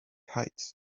heights